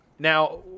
now